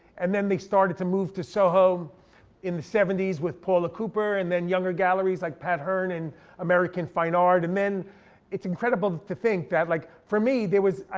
and then they started to move to soho in the seventy s with paula cooper, and then younger galleries like pat hearn and american fine art. and then it's incredible to think that, like for me there was,